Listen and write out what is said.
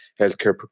healthcare